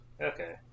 Okay